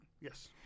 Yes